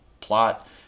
plot